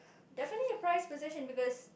definitely a prize possession because